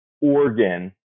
Oregon